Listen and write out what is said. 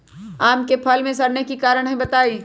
आम क फल म सरने कि कारण हई बताई?